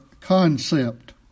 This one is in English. Concept